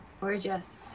Gorgeous